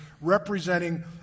representing